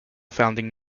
founding